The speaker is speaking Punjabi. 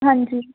ਹਾਂਜੀ